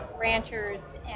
ranchers